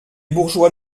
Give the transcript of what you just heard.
bourgeois